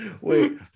Wait